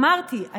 אמרתי,